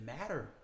matter